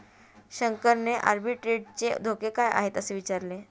शंकरने आर्बिट्रेजचे धोके काय आहेत, असे विचारले